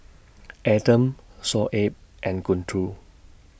Adam Shoaib and Guntur